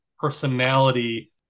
personality